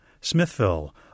Smithville